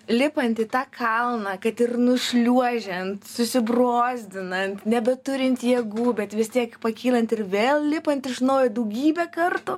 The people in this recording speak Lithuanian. lipant į tą kalną kad ir nušliuožiant susibrozdinant nebeturint jėgų bet vis tiek pakylant ir vėl lipant iš naujo daugybę kartų